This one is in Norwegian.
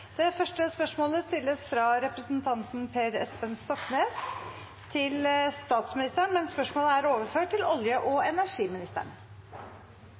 fra representanten Per Espen Stoknes til statsministeren, er overført til olje- og energiministeren.